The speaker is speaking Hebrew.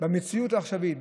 במציאות העכשווית,